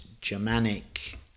Germanic